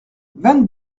vingt